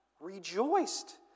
rejoiced